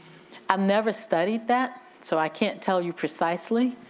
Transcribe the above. and never studied that, so i can't tell you precisely,